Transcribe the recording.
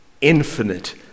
infinite